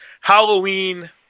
Halloween